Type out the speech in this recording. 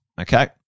okay